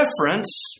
reference